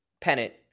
pennant